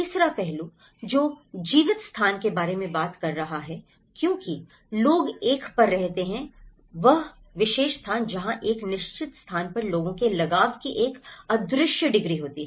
तीसरा पहलू जो जीवित स्थान के बारे में बात कर रहा है क्योंकि लोग एक पर रहते हैं वह विशेष स्थान जहाँ एक निश्चित स्थान पर लोगों के लगाव की एक अदृश्य डिग्री होती है